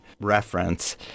reference